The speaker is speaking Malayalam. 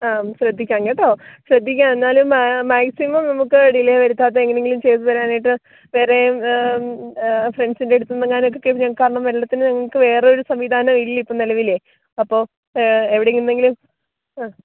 ആ ശ്രദ്ധിക്കാം കേട്ടോ ശ്രദ്ധിക്കാം എന്നാലും മാക്സിമം നമുക്ക് ഡിലെ വരുത്താതെ എങ്ങനെങ്കിലും ചെയ്തുതരാനായിട് വേറേയും ഫ്രൻഡ്സിൻ്റെ അടുത്ത് നിന്ന് എങ്ങാനും ഒക്കെ കാരണം വെള്ളത്തിന് ഞങ്ങൾക്ക് വേറൊരു സംവിധാനം ഇല്ല ഇപ്പം നിലവിൽ അപ്പോൾ എവിടെ നിന്നെങ്കിലും